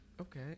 okay